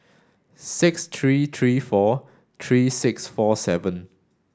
six three three four three six four seven